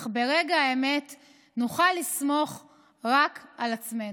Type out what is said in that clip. אך ברגע האמת נוכל לסמוך רק על עצמנו.